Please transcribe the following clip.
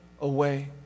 away